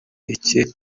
iki